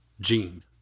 gene